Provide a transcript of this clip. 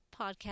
podcast